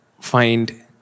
find